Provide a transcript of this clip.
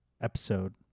episode